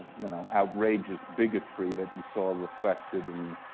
you know, outrageous bigotry that you saw reflected in